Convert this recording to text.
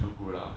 so good lah